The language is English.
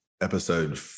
episode